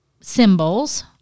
symbols